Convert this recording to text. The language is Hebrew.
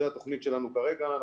זו התוכנית שלנו כרגע.